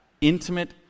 intimate